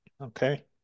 Okay